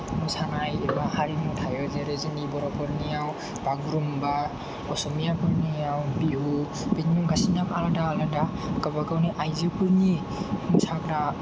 मोसानाय एबा हारिमु थायो जेरै जोंनि बर'फोरनियाव बागुरुम्बा असमियाफोरनियाव बिहु बिदि नुगासिनो आलादा आलादा गावबा गावनि आइजोफोरनि मोसाग्रा